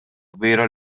kbira